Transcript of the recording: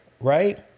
Right